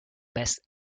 best